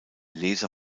laser